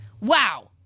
Wow